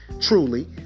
truly